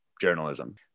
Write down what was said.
journalism